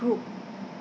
group